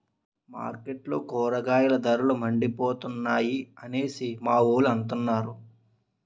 మార్కెట్లో కూరగాయల ధరలు మండిపోతున్నాయి అనేసి మావోలు అంతన్నారు